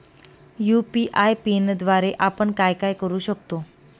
UPI पिनद्वारे आपण काय काय करु शकतो?